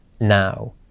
now